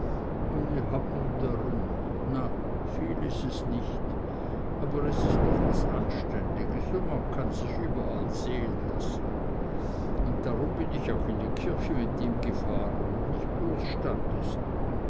und ich habe nu dörren na viel is es nich aber es is doch was anständiges und man kann sich überall sehen lassen und drum bin ich auch in die kirche mit ihm gefahren und nich bloß